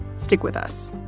stick with us.